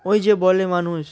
ওই যে বলে মানুষ